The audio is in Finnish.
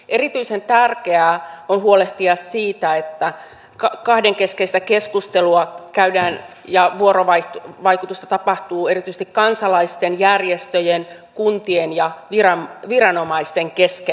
erityisen tärkeää on huolehtia siitä että kahdenkeskistä keskustelua käydään ja vuorovaikutusta tapahtuu erityisesti kansalaisten järjestöjen kuntien ja viranomaisten kesken